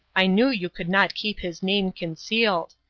i knew you could not keep his name concealed.